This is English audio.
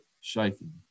shaking